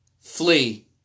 Flee